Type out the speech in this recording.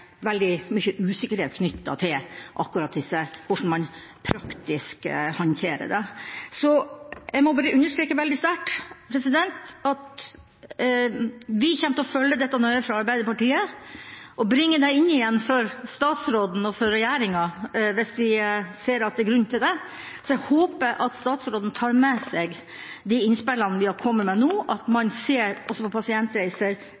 veldig mye usikkerhet knyttet til akkurat hvordan man praktisk håndterer det. Jeg må bare understreke veldig sterkt at vi fra Arbeiderpartiet kommer til å følge dette nøye og bringe det inn igjen for statsråden og regjeringa hvis vi ser at det er grunn til det. Jeg håper at statsråden tar med seg de innspillene vi har kommet med nå, at man ser på pasientreiser også utover det at man har et forenklet reiseoppgjør, at man ser på